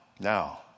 Now